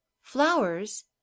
Flowers